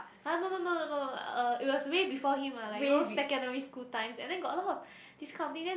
!huh! no no no no no uh it was way before him lah like you know secondary school times and then got a lot of this kind of thing then